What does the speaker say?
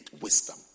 wisdom